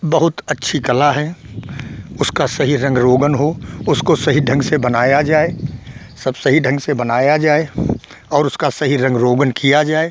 बहुत अच्छी कला है उसका सही रंग रोगन हो उसको सही ढंग से बनाया जाए सब सही ढंग से बनाया जाए और उसका सही रंग रोगन किया जाए